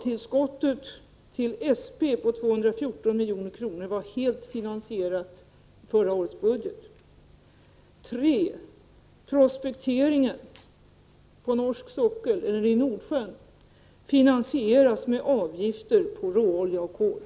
3. Prospekteringen i Nordsjön finansieras med avgifter på råolja och bensin.